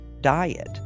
diet